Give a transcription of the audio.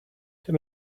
tym